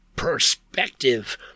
perspective